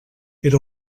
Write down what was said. era